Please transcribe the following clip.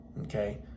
okay